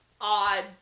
odd